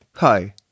Hi